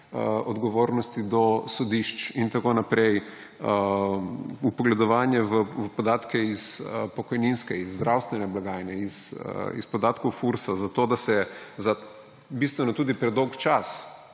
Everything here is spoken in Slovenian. odgovornosti do sodišč in tako naprej, vpogledovanje v podatke iz pokojninske, zdravstvene blagajne, v podatke Fursa, zato da se za bistveno predolg čas